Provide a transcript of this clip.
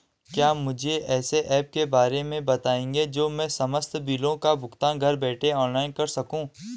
क्या मुझे ऐसे ऐप के बारे में बताएँगे जो मैं समस्त बिलों का भुगतान घर बैठे ऑनलाइन कर सकूँ?